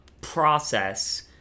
process